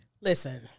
Listen